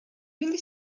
really